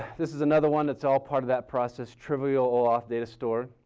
this is another one that's all part of that process, trivial oauth data store.